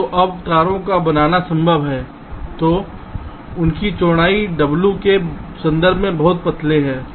तो अब तारों को बनाना संभव है जो उनकी चौड़ाई w के संदर्भ में बहुत पतले हैं